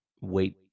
wait